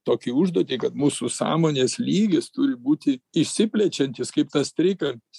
tokią užduotį kad mūsų sąmonės lygis turi būti išsiplečiantis kaip tas trikampis